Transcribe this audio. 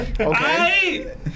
Okay